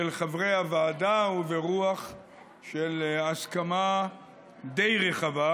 של חברי הוועדה, וברוח של ההסכמה די רחבה,